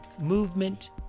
Movement